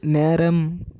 நேரம்